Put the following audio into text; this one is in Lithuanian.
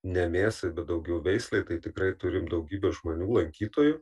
ne mėsai bet daugiau veislei tai tikrai turim daugybę žmonių lankytojų